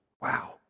Wow